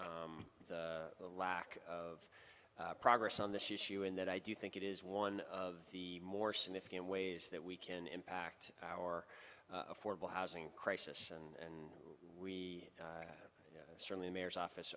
the lack of progress on this issue in that i do think it is one of the more significant ways that we can impact our affordable housing crisis and we certainly mayors office